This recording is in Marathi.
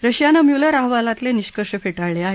रशियानं म्युलर अहवालातले निष्कर्ष फेटाळले आहेत